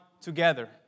together